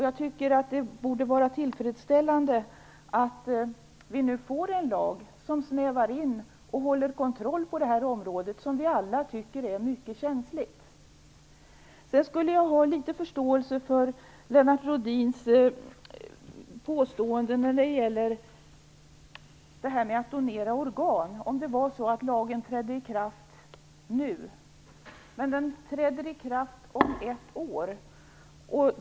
Jag tycker att det borde vara tillfredsställande att vi nu får en lag som snävar in och som håller kontroll på detta område som vi alla tycker är mycket känsligt. Jag skulle ha litet förståelse för Lennart Rohdins påstående om donation av organ om det var så att lagen skulle träda i kraft nu. Men lagen träder i kraft om ett år.